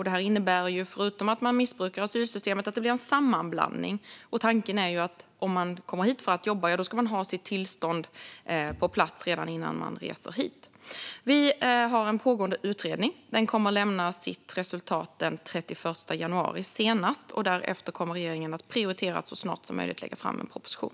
Det innebär, förutom att man missbrukar asylsystemet, att det blir en sammanblandning. Tanken är att om man kommer hit för att jobba ska man ha sitt tillstånd på plats redan innan man reser hit. Vi har en pågående utredning. Den kommer att lämna sitt resultat senast den 31 januari, och därefter kommer regeringen att så snart som möjligt prioritera att lägga fram en proposition.